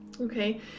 okay